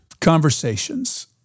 conversations